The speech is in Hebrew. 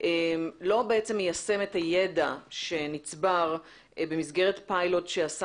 לא בעצם מיישם את הידע שנצבר במסגרת פיילוט שעשה